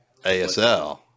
ASL